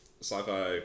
sci-fi